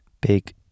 big